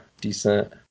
decent